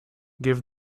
give